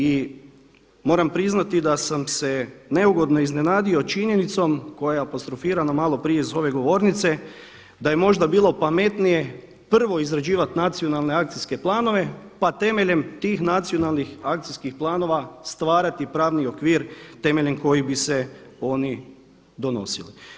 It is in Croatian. I moram priznati da sam se neugodno iznenadio činjenicom koja apostrofirano malo prije iz ove govornice da je možda bilo pametnije prvo izrađivati nacionalne akcijske planove pa temeljem tih nacionalnih akcijskih planova stvarati pravni okvir temeljem kojih bi se oni donosili.